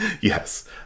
Yes